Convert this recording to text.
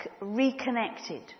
reconnected